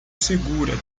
segura